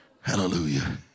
Hallelujah